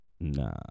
Nah